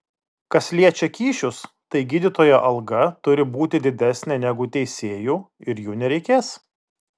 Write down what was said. kas liečia kyšius tai gydytojo alga turi būti didesnė negu teisėjų ir jų nereikės